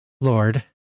Lord